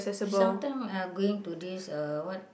sometime I going to this uh what